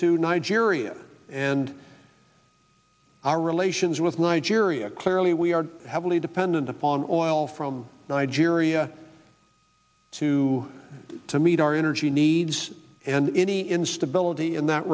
to nigeria and our relations with nigeria clearly we are heavily dependent upon oil from nigeria to to meet our energy needs and any instability in that